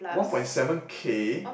one point seven Kay